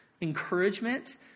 encouragement